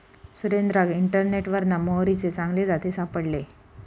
सुरेंद्राक इंटरनेटवरना मोहरीचे चांगले जाती सापडले